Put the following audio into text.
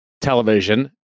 television